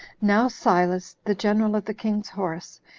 now silas, the general of the king's horse,